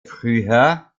früher